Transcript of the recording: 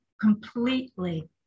completely